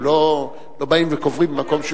לא באים וקוברים במקום,